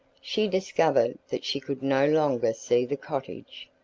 she discovered that she could no longer see the cottage.